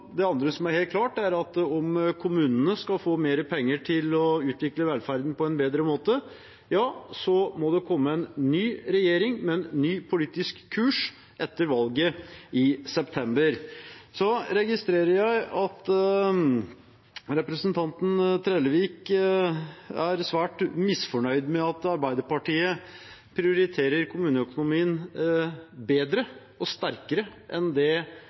klart, er at om kommunene skal få mer penger til å utvikle velferden på en bedre måte, må det komme en ny regjering med en ny politisk kurs etter valget i september. Så registrerer jeg at representanten Trellevik er svært misfornøyd med at Arbeiderpartiet prioriterer kommuneøkonomien bedre og sterkere enn det